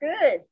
good